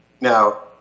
Now